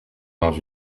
dans